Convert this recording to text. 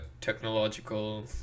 technological